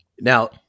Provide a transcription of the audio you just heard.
Now